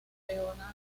bicampeonato